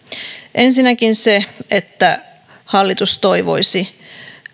ensinnäkin se että hallitus toivoisi